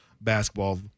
basketball